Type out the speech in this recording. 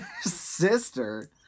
Sister